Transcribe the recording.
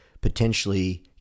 potentially